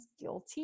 guilty